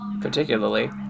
particularly